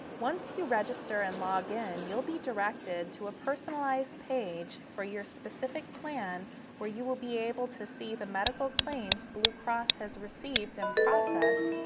once you register and login, you'll be directed to a personalized page for your specific plan where you will be able to see the medical claims blue cross has received and processed,